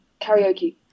karaoke